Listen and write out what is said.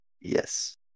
Yes